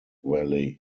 valley